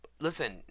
Listen